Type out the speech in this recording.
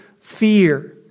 fear